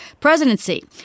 presidency